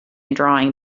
drawing